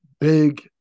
big